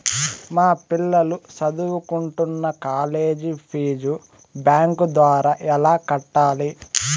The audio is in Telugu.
మా పిల్లలు సదువుకుంటున్న కాలేజీ ఫీజు బ్యాంకు ద్వారా ఎలా కట్టాలి?